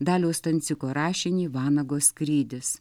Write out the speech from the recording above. daliaus stanciko rašinį vanago skrydis